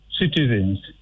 citizens